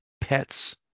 pets